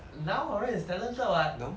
niall horan is talented [what]